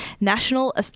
National